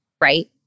right